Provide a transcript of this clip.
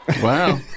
Wow